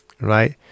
right